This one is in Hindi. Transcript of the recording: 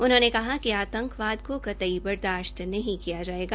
उन्होंने कहा कि आंतकवाद को कतई बर्दाशत नहीं किया जायेगा